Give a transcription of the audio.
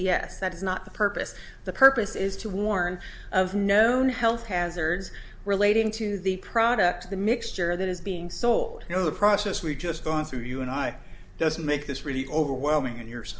yes that is not the purpose the purpose is to warn of known health hazards relating to the product the mixture that is being sold in the process we've just gone through you and i just make this really overwhelming and yours